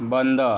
बंद